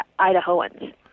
Idahoans